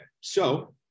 So-